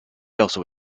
also